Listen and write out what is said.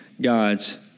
God's